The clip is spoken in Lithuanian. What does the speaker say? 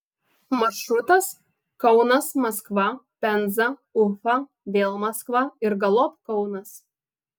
maršrutas kaunas maskva penza ufa vėl maskva ir galop kaunas